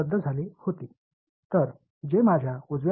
வலது புறத்தில் இரண்டு வெளிப்பாடுகள் இருந்தன